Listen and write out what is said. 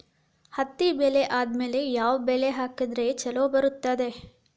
ಹತ್ತಿ ಬೆಳೆ ಆದ್ಮೇಲ ಯಾವ ಬೆಳಿ ಹಾಕಿದ್ರ ಛಲೋ ಬರುತ್ತದೆ?